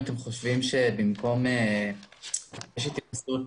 יש התייחסות